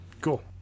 Cool